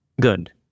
good